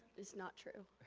that's not true.